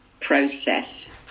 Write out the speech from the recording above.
process